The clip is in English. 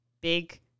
big